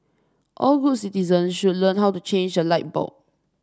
all good citizen should learn how to change a light bulb